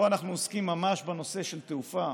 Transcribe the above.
פה אנחנו עוסקים ממש בנושא תעופה,